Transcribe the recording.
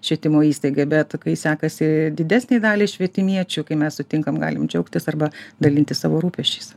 švietimo įstaigai bet kai sekasi didesnei daliai švietimiečių kai mes sutinkam galim džiaugtis arba dalintis savo rūpesčiais